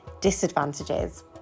Disadvantages